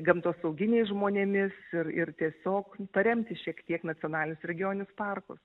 gamtosauginiais žmonėmis ir ir tiesiog paremti šiek tiek nacionalinius regioninius parkus